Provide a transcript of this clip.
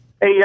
Hey